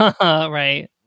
Right